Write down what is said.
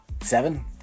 seven